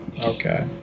Okay